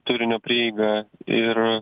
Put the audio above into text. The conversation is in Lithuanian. turinio prieiga ir